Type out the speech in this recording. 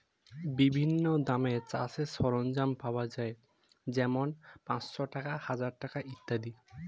বিভিন্ন দামের চাষের সরঞ্জাম পাওয়া যায় যেমন পাঁচশ টাকা, হাজার টাকা ইত্যাদি